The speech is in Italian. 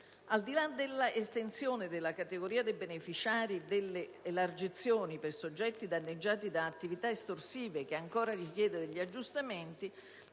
Al di là dell'estensione della categoria dei beneficiari delle elargizioni per soggetti danneggiati da attività estorsive, che ancora richiede qualche aggiustamento,